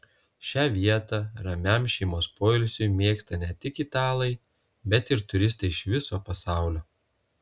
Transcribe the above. šią vietą ramiam šeimos poilsiui mėgsta ne tik italai bet ir turistai iš viso pasaulio